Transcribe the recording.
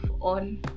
on